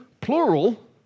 plural